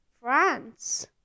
France